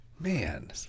Man